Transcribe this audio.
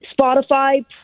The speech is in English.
Spotify